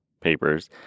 papers